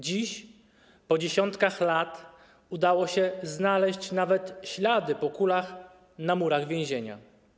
Dziś, po dziesiątkach lat, udało się nawet znaleźć ślady po kulach na murach więzienia.